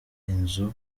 inzu